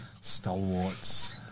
Stalwarts